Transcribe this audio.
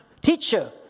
Teacher